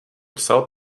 psal